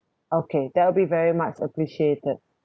okay that will be very much appreciated